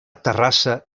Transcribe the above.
terrassa